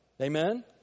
Amen